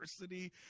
diversity